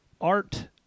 art